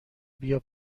بیا